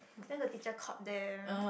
then the teacher caught them